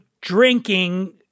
drinking